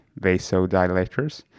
vasodilators